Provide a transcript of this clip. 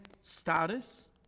status